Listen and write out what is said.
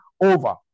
over